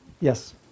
Yes